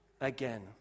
again